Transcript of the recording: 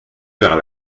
vers